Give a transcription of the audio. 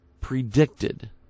predicted